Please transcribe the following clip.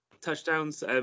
Touchdowns